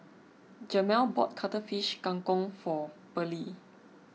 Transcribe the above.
Jamel bought Cuttlefish Kang Kong for Pearlie